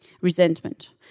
resentment